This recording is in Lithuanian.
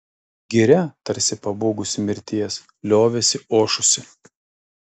giria tarsi pabūgusi mirties liovėsi ošusi